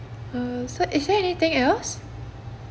uh so is there anything else